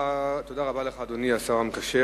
תודה רבה לך, אדוני השר המקשר.